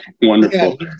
Wonderful